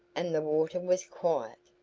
and the water was quiet.